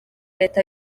leta